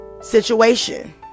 situation